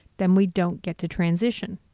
then we don't get to transition.